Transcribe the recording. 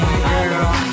girl